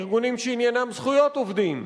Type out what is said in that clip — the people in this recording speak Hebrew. ארגונים שעניינם זכויות עובדים.